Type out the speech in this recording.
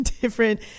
different